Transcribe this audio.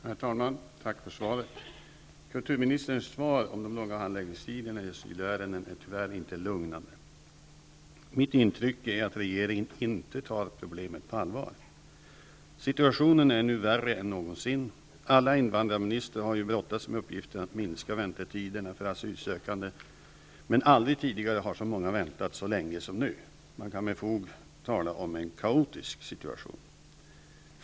Herr talman! Tack för svaret. Kulturministerns svar om de långa handläggningstiderna i asylärenden är tyvärr inte lugnande. Mitt intryck är att regeringen inte tar problemet på allvar. Situationen är nu värre än någonsin. Alla invandrarministrar har brottats med uppgiften att minska väntetiderna för asylsökande, men aldrig tidigare har så många väntat så länge som nu. Man kan med fog tala om en kaotisk situation.